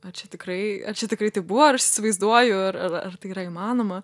ar čia tikrai ar čia tikrai tai buvo aš įsivaizduoju ar ar ar tai yra įmanoma